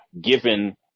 given